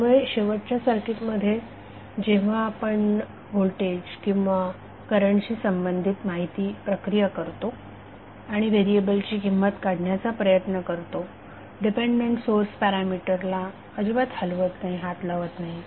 त्यामुळे शेवटच्या सर्किट मध्ये जेव्हा आपण व्होल्टेज किंवा करंटशी संबंधित माहिती प्रक्रिया करतो आणि व्हेरिएबल ची किंमत काढण्याचा प्रयत्न करतो डिपेंडंट सोर्स पॅरामिटर ला अजिबात हात लावत नाही